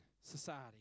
society